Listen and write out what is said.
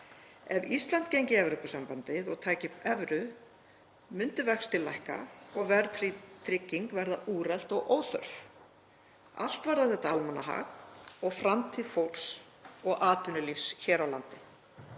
Ef Ísland gengi í Evrópusambandið og tæki upp evru myndu vextir lækka og verðtrygging verða úrelt og óþörf. Allt varðar þetta almannahag og framtíð fólks og atvinnulífs hér á landi.